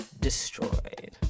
destroyed